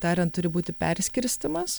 tariant turi būti perskirstymas